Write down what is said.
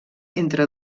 entre